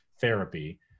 therapy